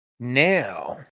Now